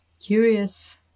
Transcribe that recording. Curious